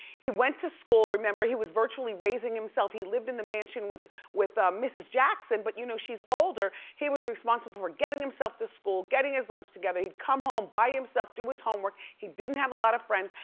he went to school, remember, he was virtually raising himself, he lived in the mansion with with mrs. jackson but you know, she's older. he was responsible for getting himself to school, getting his lunch together, he'd come home by himself, do his homework, he didn't have a lot of friends,